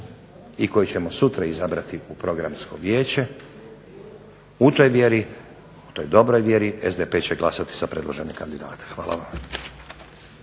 i koje ćemo sutra izabrati u Programsko vijeće u toj vjeri, u toj dobroj vjeri SDP će glasati za predložene kandidate. Hvala vam.